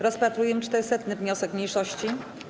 Rozpatrujemy 400. wniosek mniejszości.